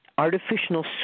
Artificial